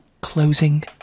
Closing